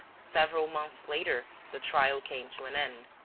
several months later the trial came to an end.